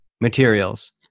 materials